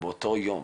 באותו יום.